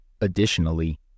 Additionally